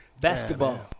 Basketball